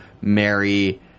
Mary